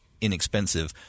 inexpensive